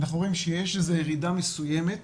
אנחנו רואים שיש ירידה מסוימת,